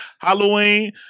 Halloween